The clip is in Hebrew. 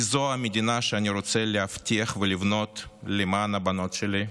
כי זו המדינה שאני רוצה להבטיח ולבנות למען הבנות שלי,